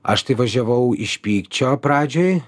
aš tai važiavau iš pykčio pradžiai